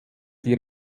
die